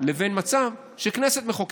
לבין מצב שהכנסת מחוקקת.